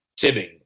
tibbing